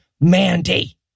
Mandy